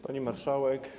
Pani Marszałek!